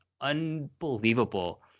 unbelievable